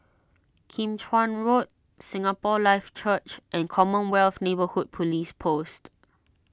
Kim Chuan Road Singapore Life Church and Commonwealth Neighbourhood Police Post